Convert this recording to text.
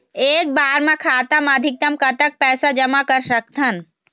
एक बार मा खाता मा अधिकतम कतक पैसा जमा कर सकथन?